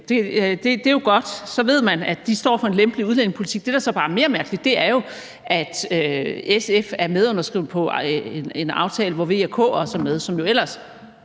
Det er jo godt. Så ved man, at de står for en lempelig udlændingepolitik. Det, der så bare er mere mærkeligt, er jo, at SF er medunderskriver på en aftale, hvor V og K også er med, som jo ellers